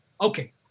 Okay